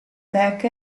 tech